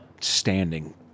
standing